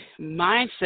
mindset